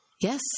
Yes